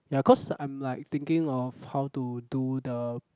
ya cause I'm like thinking of how to do the